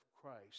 Christ